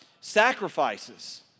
sacrifices